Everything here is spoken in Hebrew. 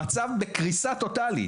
המצב בקריסה טוטלית.